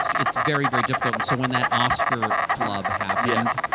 it's very, very difficult and so when that oscar flub happened,